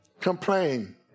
Complain